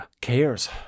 cares